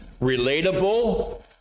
relatable